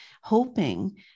hoping